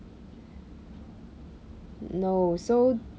no so